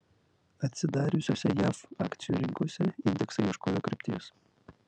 atsidariusiose jav akcijų rinkose indeksai ieškojo krypties